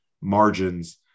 margins